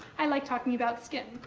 i like talking about skin.